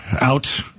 out